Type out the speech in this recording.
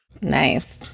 Nice